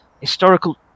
historical